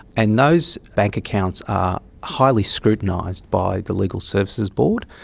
and those bank accounts are highly scrutinised by the legal services board,